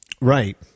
Right